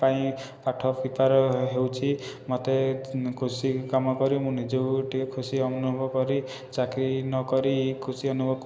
ପାଇଁ ପାଠ ପ୍ରିପାର ହେଉଛି ମତେ କୃଷି କାମ କରି ମୁଁ ନିଜକୁ ଟିକେ ଖୁସି ଅନୁଭବ କରି ଚାକିରି ନ କରି ଖୁସି ଅନୁଭବ